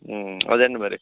అదండి మరీ